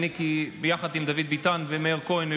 ביחד עם דוד ביטן ומאיר כהן,